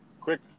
Quick